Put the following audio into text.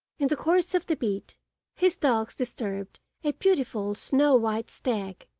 in the course of the beat his dogs disturbed a beautiful snow-white stag,